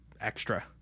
extra